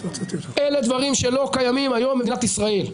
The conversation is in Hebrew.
אלה דברים שלא קיימים היום במדינת ישראל.